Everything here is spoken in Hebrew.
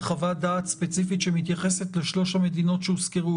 חוות דעת ספציפית שמתייחסת לשלוש המדינות שהוזכרו